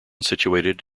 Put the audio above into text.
situated